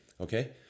Okay